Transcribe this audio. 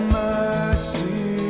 mercy